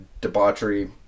debauchery